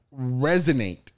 resonate